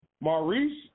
Maurice